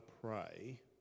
pray